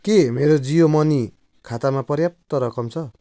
के मेरो जियो मनी खातामा पर्याप्त रकम छ